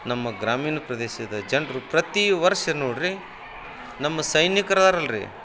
ನಮ್ಮ ಗ್ರಾಮೀಣ ಪ್ರದೇಶದ ಜನರು ಪ್ರತಿ ವರ್ಷ ನೋಡಿರಿ ನಮ್ಮ ಸೈನಿಕರಾರಲ್ಲ ರಿ